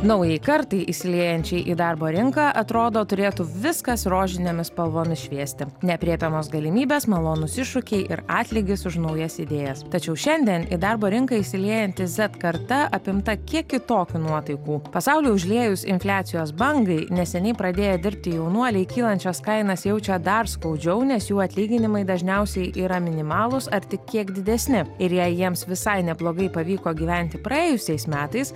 naujai kartai įsiliejančią į darbo rinką atrodo turėtų viskas rožinėmis spalvomis šviesti neaprėpiamos galimybės malonūs iššūkiai ir atlygis už naujas idėjas tačiau šiandien į darbo rinką įsiliejanti zet karta apimta kiek kitokių nuotaikų pasaulį užliejus infliacijos bangai neseniai pradėję dirbti jaunuoliai kylančias kainas jaučia dar skaudžiau nes jų atlyginimai dažniausiai yra minimalūs ar tik kiek didesni ir jei jiems visai neblogai pavyko gyventi praėjusiais metais